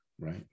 Right